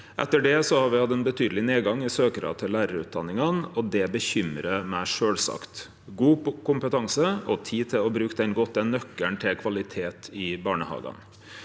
Etter det har me hatt ein betydeleg nedgang i søkjarar til lærarutdanningane, og det bekymrar meg sjølvsagt. God kompetanse og tid til å bruke han godt er nøkkelen til kvalitet i barnehagane.